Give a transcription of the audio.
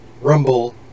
Rumble